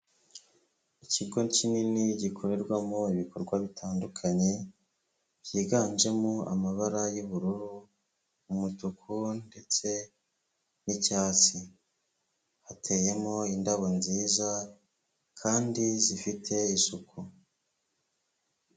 Ikigo kinini gikorerwamo ibikorwa bitandukanye byiganjemo amabara y'ubururu, umutuku ndetse n'icyatsi, hateyemo indabo nziza kandi zifite isuku.